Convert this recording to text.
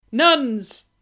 nuns